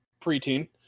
preteen